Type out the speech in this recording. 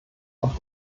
auf